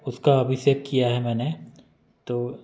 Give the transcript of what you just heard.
उसका अभिषेक किया है मैंने तो